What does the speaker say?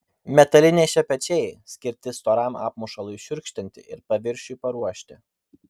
metaliniai šepečiai skirti storam apmušalui šiurkštinti ir paviršiui paruošti